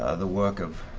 ah the work of